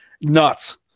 nuts